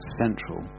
central